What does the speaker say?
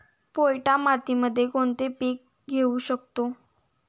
पोयटा मातीमध्ये कोणते पीक घेऊ शकतो?